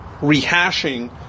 rehashing